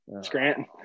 Scranton